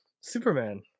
Superman